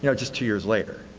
you know just two years later.